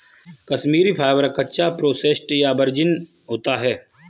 Kashmiri fibre, कच्चा, processed या virgin होता है